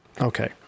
Okay